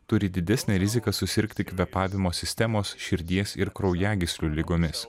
turi didesnę riziką susirgti kvėpavimo sistemos širdies ir kraujagyslių ligomis